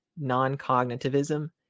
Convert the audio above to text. non-cognitivism